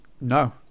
no